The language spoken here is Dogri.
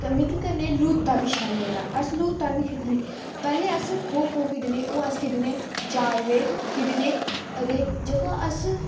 मिगी कन्नै लूता बी शैल लगदा अस लूता बी खेढने पैह्ले अस खो खो खेढने ओह् अस खेढने चार बजे खेढने अदे जेह्का अस